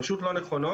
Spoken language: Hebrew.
פשוט לא נכונות.